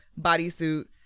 bodysuit